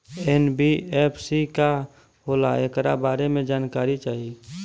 NBFC का होला ऐकरा बारे मे जानकारी चाही?